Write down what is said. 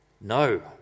No